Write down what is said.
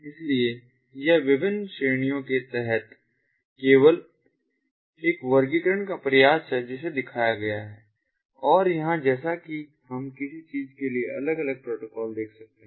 इसलिए यह विभिन्न श्रेणियों के तहत केवल एक वर्गीकरण का प्रयास है जिसे दिखाया गया है और यहां जैसा कि हम किसी चीज़ के लिए अलग अलग प्रोटोकॉल देख सकते हैं